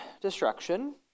destruction